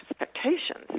expectations